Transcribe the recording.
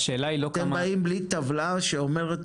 אתם באים בלי טבלה שאומרת,